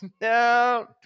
No